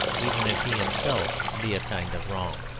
even if he himself be a kind of wrong.